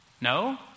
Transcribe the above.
No